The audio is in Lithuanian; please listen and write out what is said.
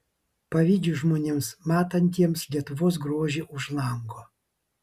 pavydžiu žmonėms matantiems lietuvos grožį už lango